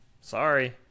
sorry